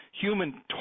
human